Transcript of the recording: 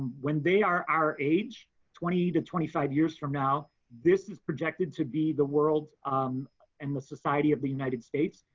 when they are our age twenty to twenty five years from now, this is projected to be the world um and the society of the united states.